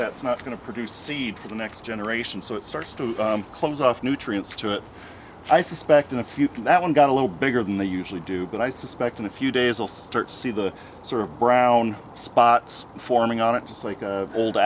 that's not going to produce seed for the next generation so it starts to close off nutrients to it i suspect in a few can that one got a little bigger than they usually do but i suspect in a few days you'll start to see the sort of brown spots forming on it just like a old